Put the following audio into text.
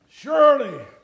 Surely